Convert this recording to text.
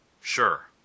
Sure